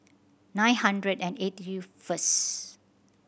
nine hundred and eighty first